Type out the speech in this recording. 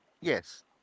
Yes